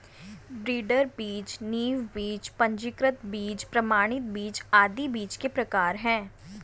breeder बीज, नींव बीज, पंजीकृत बीज, प्रमाणित बीज आदि बीज के प्रकार है